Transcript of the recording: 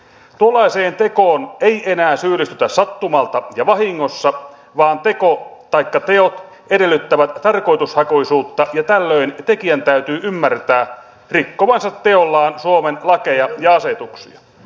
tuollaiseen tekoon ei enää syyllistytä sattumalta ja vahingossa vaan teko taikka teot edellyttävät tarkoitushakuisuutta ja tällöin tekijän täytyy ymmärtää rikkovansa teollaan suomen lakeja ja asetuksia